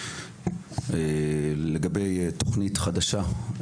לגבי תוכנית חדשה.